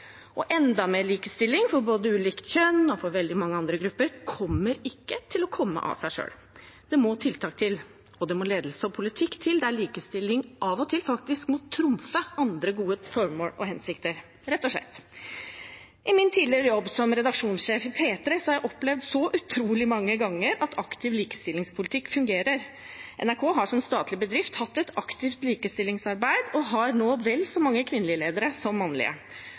og enda mer likestilling for både ulikt kjønn og for veldig mange andre grupper kommer ikke til å komme av seg selv. Det må tiltak til, og det må ledelse og politikk til, der likestilling av og til faktisk må trumfe andre gode formål og hensikter – rett og slett. I min tidligere jobb som redaksjonssjef i P3 har jeg opplevd så utrolig mange ganger at aktiv likestillingspolitikk fungerer. NRK har som statlig bedrift hatt et aktivt likestillingsarbeid og har nå vel så mange kvinnelige ledere som mannlige.